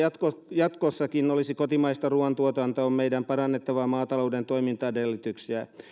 jatkossakin olisi kotimaista ruoantuotantoa on meidän parannettava maatalouden toimintaedellytyksiä